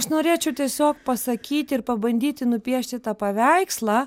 aš norėčiau tiesiog pasakyti ir pabandyti nupiešti tą paveikslą